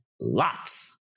Lots